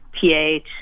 pH